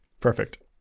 Perfect